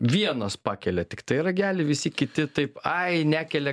vienas pakelia tiktai ragelį visi kiti taip ai nekelia